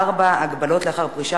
17) (הבראת חברות),